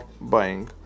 buying